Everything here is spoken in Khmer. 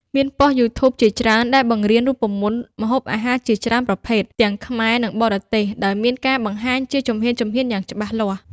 មានប៉ុស្តិ៍ YouTube ជាច្រើនដែលបង្រៀនរូបមន្តម្ហូបអាហារជាច្រើនប្រភេទ ទាំងខ្មែរ និងបរទេស ដោយមានការបង្ហាញជាជំហានៗយ៉ាងច្បាស់លាស់។